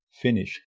finish